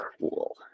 Cool